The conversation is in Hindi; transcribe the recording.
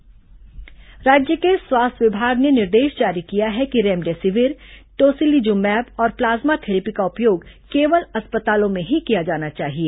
स्वास्थ्य विभाग दवा निर्देश राज्य के स्वास्थ्य विभाग ने निर्देश जारी किया है कि रेमडेसिविर टोसीलिजुमैब और प्लाज्मा थेरेपी का उपयोग केवल अस्पतालों में ही किया जाना चाहिए